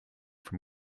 from